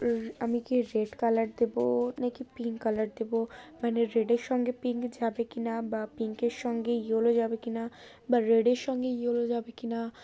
আমি কি red colour দেবো নাকি পিঙ্ক কালার দেবো মানে রেডের সঙ্গে পিঙ্ক যাবে কি না বা পিঙ্কের সঙ্গে ইয়েলো যাবে কি নাা বা রেডের সঙ্গে ইয়েলো যাবে কি না